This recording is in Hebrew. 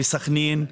בסכנין,